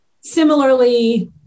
similarly